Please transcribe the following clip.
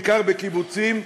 בעיקר בקיבוצים,